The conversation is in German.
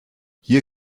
hier